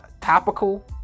topical